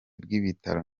bw’ibitaro